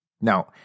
Now